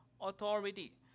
authority